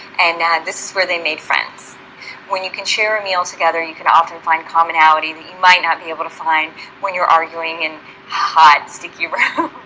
and this is where they made friends when you can share a meal together you can often find commonality that you might not be able to find when you're arguing and hot sticky around